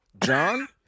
John